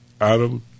Adam